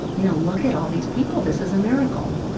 you know, look at all these people. this is a miracle.